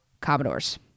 Commodores